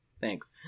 Thanks